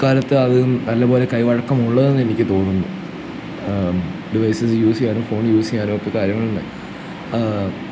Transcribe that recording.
ഇക്കാലത്ത് അത് നല്ല പോലെ കൈ വഴക്കം ഉള്ളതെന്നെനിക്ക് തോന്നുന്നു ഡിവൈസസ് യൂസ് ചെയ്യാനും ഫോൺ യൂസ് ചെയ്യാനോ ഒക്കെ കാര്യങ്ങൾ